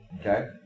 Okay